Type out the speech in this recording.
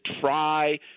try